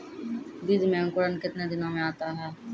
बीज मे अंकुरण कितने दिनों मे आता हैं?